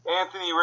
anthony